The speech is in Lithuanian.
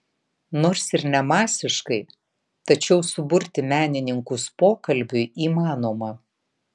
nors ir ne masiškai tačiau suburti menininkus pokalbiui įmanoma